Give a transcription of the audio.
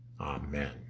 Amen